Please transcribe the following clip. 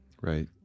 Right